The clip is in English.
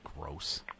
gross